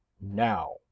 now